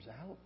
out